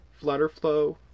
Flutterflow